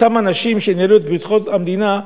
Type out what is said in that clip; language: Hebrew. אותם אנשים שניהלו את ביטחון המדינה,